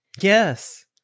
Yes